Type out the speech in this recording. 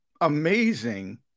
amazing